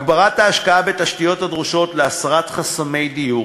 הגברת ההשקעה בתשתיות הדרושות להסרת חסמי דיור